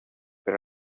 per